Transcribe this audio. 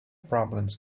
problems